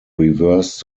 reverse